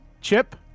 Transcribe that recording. Chip